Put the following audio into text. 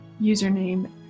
username